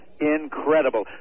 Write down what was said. Incredible